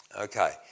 Okay